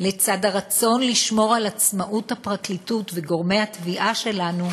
לצד הרצון לשמור על עצמאות הפרקליטות וגורמי התביעה שלנו,